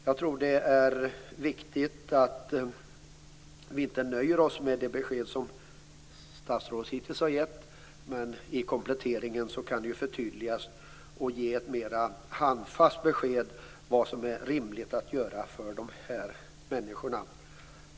Jag tror att det är viktigt att vi inte nöjer oss med det besked som statsrådet hittills har gett. I kompletteringen kan det förtydligas och ge ett mer handfast besked om vad som är rimligt att göra för de här människorna.